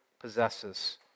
possesses